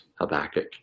Habakkuk